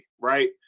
right